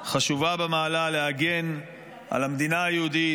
חשובה במעלה להגן על המדינה היהודית,